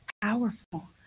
Powerful